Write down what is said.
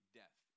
death